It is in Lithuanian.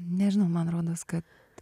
nežinau man rodos kad